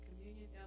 communion